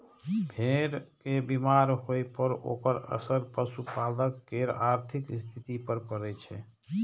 भेड़ के बीमार होइ पर ओकर असर पशुपालक केर आर्थिक स्थिति पर पड़ै छै